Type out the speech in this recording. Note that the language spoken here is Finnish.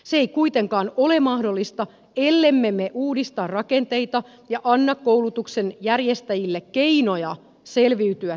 se ei kuitenkaan ole mahdollista ellemme uudista rakenteita ja anna koulutuksen järjestäjille keinoja selviytyä tilanteesta